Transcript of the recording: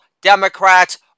Democrats